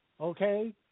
Okay